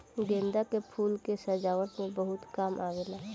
गेंदा के फूल के सजावट में बहुत काम आवेला